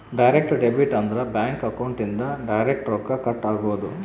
direct debit ಅಂದ್ರ bank account ಇಂದ direct ರೊಕ್ಕ ಕಟ್ ಆಗೋದು